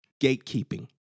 gatekeeping